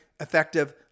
effective